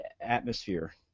atmosphere